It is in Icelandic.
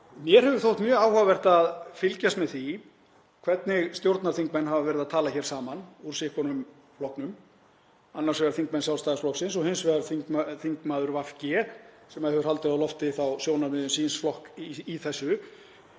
mér hefur þótt mjög áhugavert að fylgjast með því hvernig stjórnarþingmenn hafa verið að tala saman hvor úr sínum flokknum, annars vegar þingmenn Sjálfstæðisflokksins og hins vegar þingmaður VG, sem hefur haldið á lofti sjónarmiðum síns flokks í þessu.